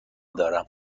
دارم